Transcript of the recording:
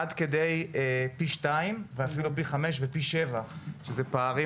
עד כדי פי שניים ואפילו פי חמישה ופי שבעה פערים